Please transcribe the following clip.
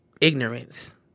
ignorance